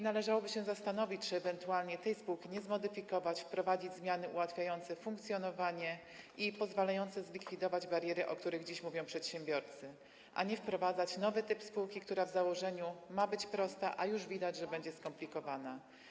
Należałoby się zastanowić, czy ewentualnie tej spółki nie zmodyfikować, czy wprowadzić zmiany ułatwiające funkcjonowanie i pozwalające zlikwidować bariery, o których dziś mówią przedsiębiorcy, a nie wprowadzać nowy typ spółki, która w założeniu ma być prosta, a już widać, że będzie skomplikowana.